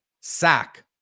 sack